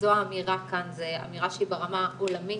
זו האמירה כאן, זו אמירה שהיא ברמה עולמית.